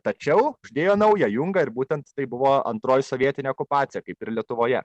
tačiau uždėjo naują jungą ir būtent tai buvo antroji sovietinė okupacija kaip ir lietuvoje